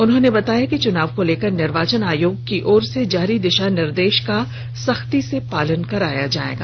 उन्होंने बताया कि चुनाव को लेकर निर्वाचन आयोग की ओर से जारी दिशा निर्देश का सख्ती से पालन कराया जाएगा